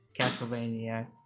Castlevania